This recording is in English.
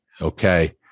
okay